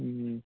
ହୁଁ